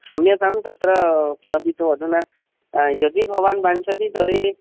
क्षम्यतां तत्र किमपि तु अधुना यदि भवान् वाञ्छति तर्हि